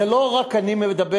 זה לא רק אני מדבר,